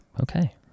Okay